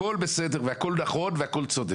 הכול נכון והכול בסדר, והכול צודק.